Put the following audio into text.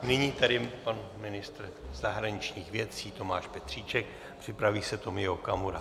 Nyní pan ministr zahraničních věcí Tomáš Petříček, připraví se Tomio Okamura.